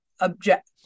object